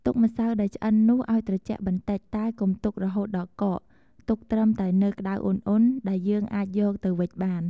ទុកម្សៅដែលឆ្អិននោះឱ្យត្រជាក់បន្តិច តែកុំទុករហូតដល់កក ទុកត្រឹមតែនៅក្ដៅអ៊ុនៗ ដែលយើងអាចយកទៅវេចបាន។